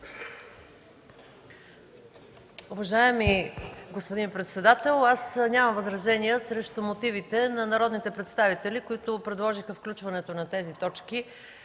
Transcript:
Уважаеми господин председател, аз нямам възражение срещу мотивите на народните представители, които предложиха включването на тези точки